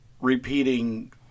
repeating